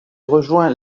rejoint